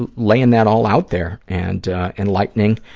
and laying that all out there and enlightening